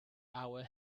our